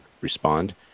respond